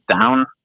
down